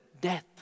death